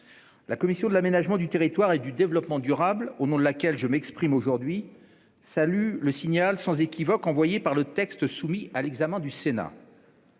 la commission de l'aménagement du territoire et du développement durable, au nom de laquelle je m'exprime aujourd'hui, salue le signal sans équivoque que constitue le texte soumis à l'examen du Sénat.